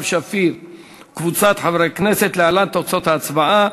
שפיר וקבוצת חברי הכנסת, להלן תוצאות ההצבעה: